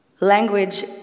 language